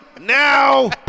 now